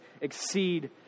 exceed